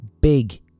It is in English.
Big